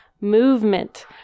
movement